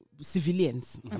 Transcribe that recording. civilians